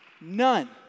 None